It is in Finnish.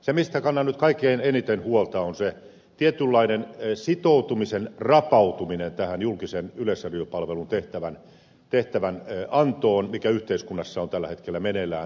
se mistä kannan nyt kaikkein eniten huolta on se tietynlainen sitoutumisen rapautuminen tähän julkisen yleisradiopalvelun tehtävänantoon mikä yhteiskunnassa on tällä hetkellä meneillään